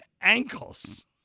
ankles